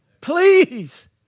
Please